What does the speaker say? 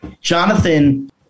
Jonathan